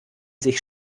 sich